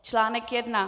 Článek jedna